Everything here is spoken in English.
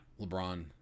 LeBron